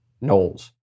Knowles